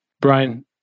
Brian